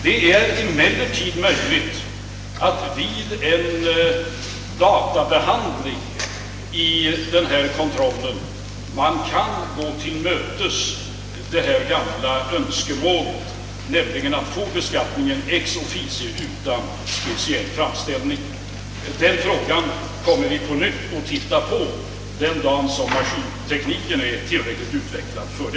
Det är emellertid möjligt att vid databehandling genomföra kontrollen så att man kan tillmötesgå detta gamla önskemål om att få beskattningen ex officio utan speciell framställning. Vi kommer på nytt att undersöka frågan den dag då maskintekniken är tillräckligt utvecklad.